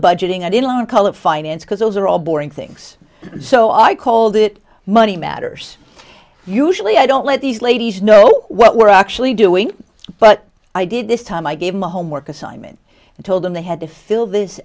budgeting i did loan color finance because those are all boring things so i called it money matters usually i don't let these ladies know what we're actually doing but i did this time i gave my homework assignment and told them they had to fill this